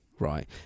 Right